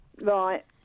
Right